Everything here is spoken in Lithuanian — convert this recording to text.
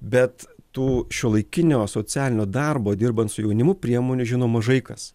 bet tų šiuolaikinio socialinio darbo dirbant su jaunimu priemonių žino mažai kas